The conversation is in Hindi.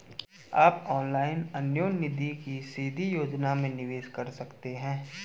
आप ऑनलाइन अन्योन्य निधि की सीधी योजना में निवेश कर सकते हैं